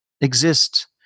exist